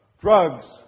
drugs